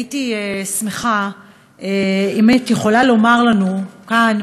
הייתי שמחה אם היית יכולה לומר לנו כאן,